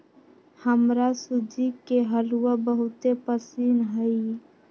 हमरा सूज्ज़ी के हलूआ बहुते पसिन्न हइ